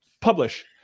Publish